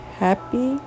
happy